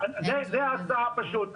זו הצעה פשוט.